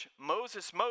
Moses